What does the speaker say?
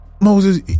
Moses